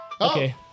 Okay